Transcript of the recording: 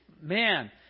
man